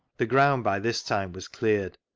the ground by this time was cleared,